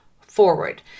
forward